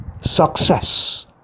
success